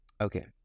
Okay